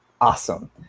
awesome